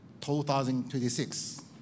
2026